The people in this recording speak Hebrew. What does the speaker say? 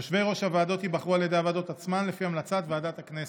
יושבי-ראש הוועדות יבחרו על ידי הוועדות עצמן לפי המלצת ועדת הכנסת.